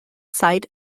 site